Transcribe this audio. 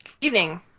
Evening